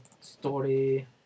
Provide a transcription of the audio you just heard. story